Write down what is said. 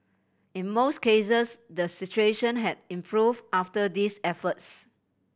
in most cases the situation had improved after these efforts